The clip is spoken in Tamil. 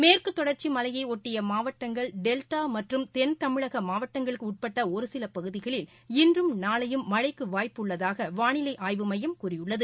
மேற்கு தொடர்ச்சி மலையை பொட்டிய மாவட்டங்கள் டெல்டா மற்றும் தென்தமிழக மாவட்டங்களுக்கு உட்பட்ட ஒரு சில பகுதிகளில் இன்றும் நாளையும் மழைக்கு வாய்ப்பு உள்ளதாக வானிலை ஆய்வு மையம் கூறியுள்ளது